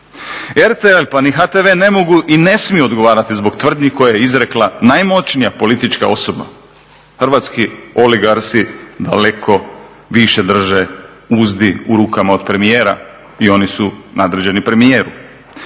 RTL pa ni HTV ne mogu i ne smiju odgovarati zbog tvrdnji koje je izrekla najmoćnija politička osoba, hrvatski oligarsi daleko više drže uzdi u rukama od premijera i oni su nadređeni premijeru.